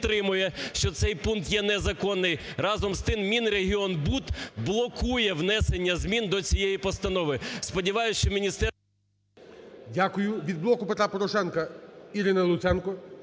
Дякую. Від "Блоку Петра Порошенка" Ірина Луценко